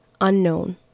Unknown